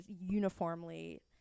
uniformly